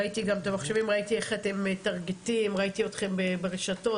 ראיתי את עבודתכם ברשתות השונות,